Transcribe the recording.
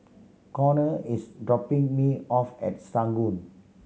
Conner is dropping me off at Serangoon